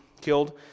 killed